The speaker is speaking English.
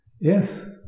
Yes